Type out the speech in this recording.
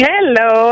Hello